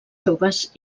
joves